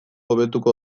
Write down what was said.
hobetuko